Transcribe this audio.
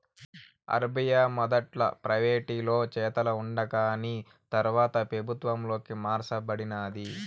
RBI మొదట్ల ప్రైవేటోలు చేతల ఉండాకాని తర్వాత పెబుత్వంలోకి మార్స బడినాది